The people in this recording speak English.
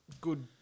good